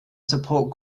support